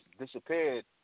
disappeared